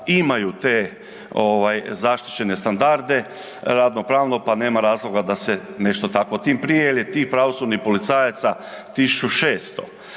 imaju te zaštićene standarde, radno-pravno, pa nema razloga da se nešto tako, tim prije jer je tih pravosudnih policajaca 1600.